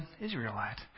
Israelite